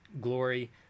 Glory